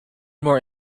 more